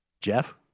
Jeff